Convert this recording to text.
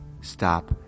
stop